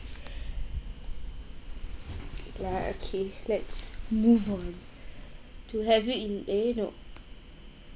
ya okay let's move on to have you in~ eh no